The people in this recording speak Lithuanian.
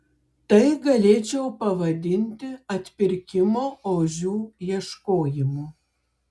tai galėčiau pavadinti atpirkimo ožių ieškojimu